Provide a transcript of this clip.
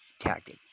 tactic